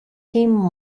team